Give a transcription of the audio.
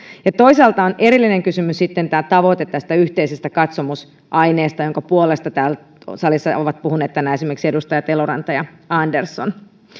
ja toisaalta on erillinen kysymys tämä tavoite tästä yhteisestä katsomusaineesta jonka puolesta täällä salissa ovat puhuneet tänään esimerkiksi edustajat eloranta ja andersson